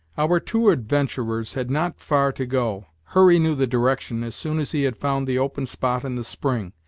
our two adventurers had not far to go. hurry knew the direction, as soon as he had found the open spot and the spring,